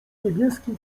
niebieskim